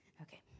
Okay